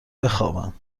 بخوابم